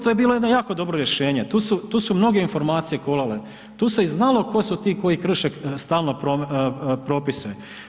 To je bilo jedno jako dobro rješenje, tu su mnoge informacije kolale, tu se i znalo tko su ti koji krše stalno propise.